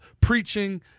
preaching